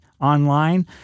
online